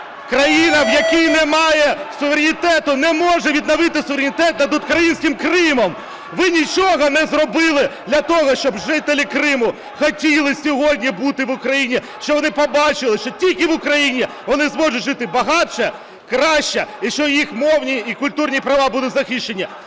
Країна, в якої немає суверенітету, не може відновити суверенітет над українським Кримом. Ви нічого не зробили для того, щоб жителі Криму хотіли сьогодні бути в Україні, щоб вони побачили, що тільки в Україні вони зможуть жити багатше, краще і що їх мовні і культурні права будуть захищені.